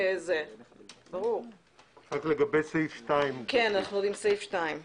לגבי סעיף (2),